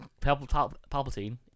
Palpatine